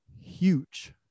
huge